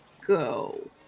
go